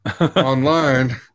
online